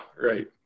right